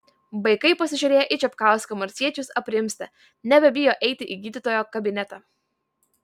vaikai pasižiūrėję į čepkausko marsiečius aprimsta nebebijo eiti į gydytojo kabinetą